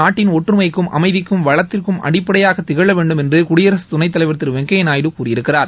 நாட்டின் ஒற்றுமைக்கும் அமைதிக்கும் வளத்திற்கும் அடிப்பளடயாக திகழவேண்டும் என்று குடியரகத் துணைத் தலைவர் திரு வெங்கையா நாயுடு கூறியிருக்கிறார்